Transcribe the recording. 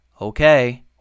Okay